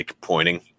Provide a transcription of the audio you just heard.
pointing